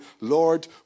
Lord